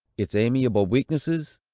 its amiable weaknesses,